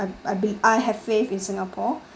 I b~ I have faith in singapore